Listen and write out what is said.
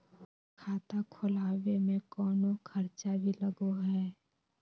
खाता खोलावे में कौनो खर्चा भी लगो है?